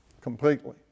completely